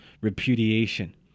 repudiation